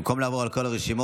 במקום לעבור על כל הרשימות,